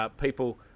People